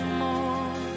more